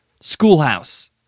Schoolhouse